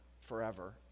forever